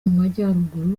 majyaruguru